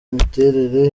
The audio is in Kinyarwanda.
imiterere